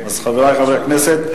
חברי חברי הכנסת,